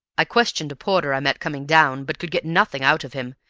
i questioned a porter i met coming down, but could get nothing out of him,